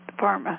pharma